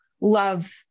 love